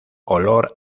olor